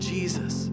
Jesus